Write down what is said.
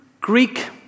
Greek